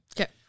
Okay